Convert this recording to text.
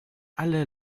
alle